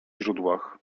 źródłach